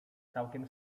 całkiem